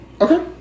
Okay